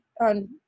on